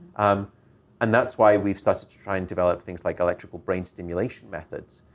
um and that's why we've started to try and develop things like electrical brain stimulation methods,